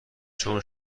چون